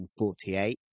1948